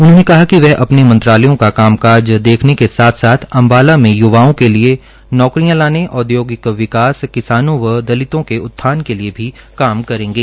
उन्होंने कहा िकवह अपने मंत्रालयों का कामकाज देखने के साथ साथ अंबाला में युवाओं के लिए नौकरियां लाने ओद्यौगिक विकास किसानों व दलितों के उत्थान के लिए भी काम करेंगे